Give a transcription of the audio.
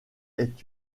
est